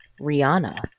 Rihanna